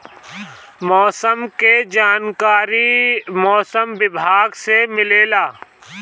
मौसम के जानकारी मौसम विभाग से मिलेला?